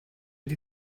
die